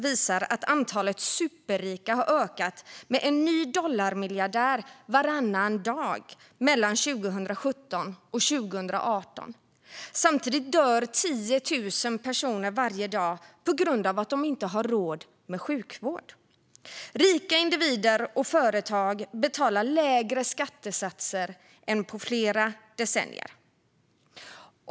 visar att antalet superrika har ökat med en ny dollarmiljardär varannan dag mellan 2017 och 2018. Samtidigt dör 10 000 personer varje dag på grund av att de inte har råd med sjukvård. Rika individer och företag betalar lägre skattesatser än på flera decennier.